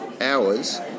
hours